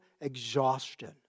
exhaustion